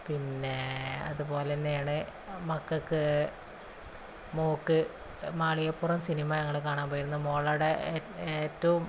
പിന്നെ അതുപോലെന്നെയാണ് മക്കള്ക്ക് മോള്ക്ക് മാളികപ്പുറം സിനിമ ഞങ്ങള് കാണാന് പോയിരുന്നു മോളുടെ ഏറ്റവും